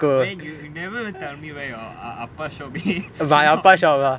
where you never even tell me where your ah ah pa shop is